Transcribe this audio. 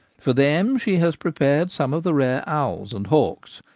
for them she has prepared some of the rare owls and hawks.